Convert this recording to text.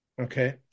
Okay